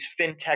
fintech